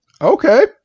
Okay